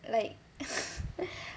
like